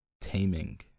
taming